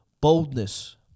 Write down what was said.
boldness